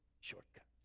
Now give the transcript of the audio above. shortcuts